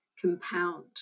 compound